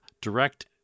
Direct